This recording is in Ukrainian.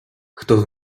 хто